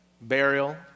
burial